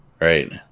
right